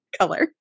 color